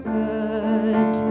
good